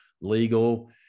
legal